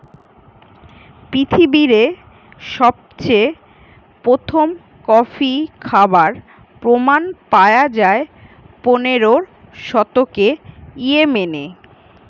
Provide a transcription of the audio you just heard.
পৃথিবীরে সবচেয়ে প্রথম কফি খাবার প্রমাণ পায়া যায় পনেরোর শতকে ইয়েমেনে